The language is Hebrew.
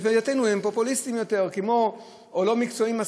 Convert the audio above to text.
שלפי דעתנו הם פופוליסטיים יותר או לא מקצועיים מספיק,